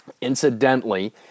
Incidentally